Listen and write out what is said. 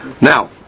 Now